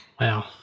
Wow